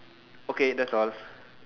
okay that's all